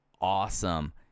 awesome